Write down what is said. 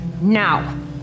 now